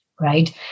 right